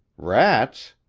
rats!